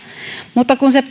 mutta kun se